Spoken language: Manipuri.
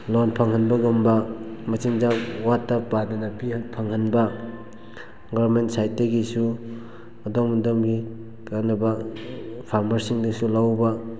ꯂꯣꯟ ꯐꯪꯍꯟꯕꯒꯨꯝꯕ ꯃꯆꯤꯟꯖꯥꯛ ꯋꯥꯠꯇ ꯄꯥꯗꯅ ꯐꯪꯍꯟꯕ ꯒꯣꯔꯃꯦꯟ ꯁꯥꯏꯠꯇꯒꯤꯁꯨ ꯑꯗꯣꯝ ꯑꯗꯣꯝꯒꯤ ꯀꯥꯟꯅꯕ ꯐꯥꯔꯃꯔꯁꯤꯡꯅꯁꯨ ꯂꯧꯕ